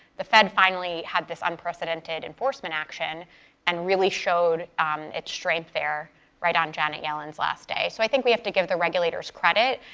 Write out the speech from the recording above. the fed finally had this unprecedented enforcement action and really showed its strength there right on janet yellen's last day. so i think we have to give the regulators credit.